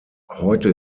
heute